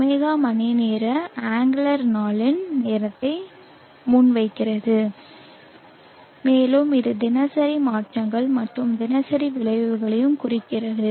ɷ மணிநேர ஆங்லர் நாளின் நேரத்தை முன்வைக்கிறது மேலும் இது தினசரி மாற்றங்கள் மற்றும் தினசரி விளைவுகளையும் குறிக்கிறது